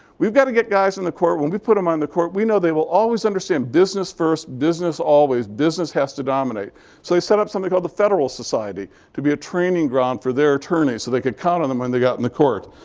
we've got to get guys in the court, when we put them on the court, we know they will always understand business first, business always. business has to dominate. so they set up something called the federalist society to be a training ground for their attorneys, so they could count on them when and they got in the court.